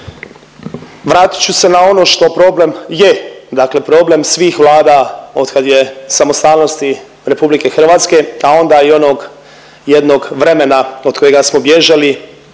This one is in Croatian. Vratit ću se na ono što problem je, dakle problem svih Vlada otkad je samostalnosti RH, a onda i onog jednog vremena od kojega smo bježali,